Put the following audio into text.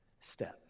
Step